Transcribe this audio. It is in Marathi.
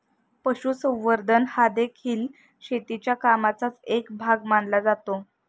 पशुसंवर्धन हादेखील शेतीच्या कामाचाच एक भाग मानला जातो